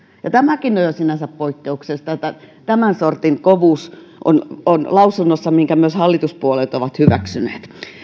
tämäkin on jo sinänsä poikkeuksellista että tämän sortin kovuus on on lausunnossa minkä myös hallituspuolueet ovat hyväksyneet